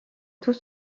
tout